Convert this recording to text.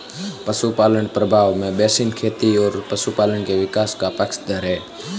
पशुपालन प्रभाव में बेसिन खेती और पशुपालन के विकास का पक्षधर है